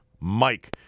Mike